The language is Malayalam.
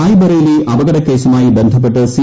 റായ് ബറേലി അപകടക്കേസുമായി ബന്ധപ്പെട്ട് സി